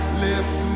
lift